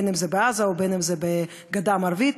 אם בעזה ואם בגדה המערבית.